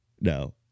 No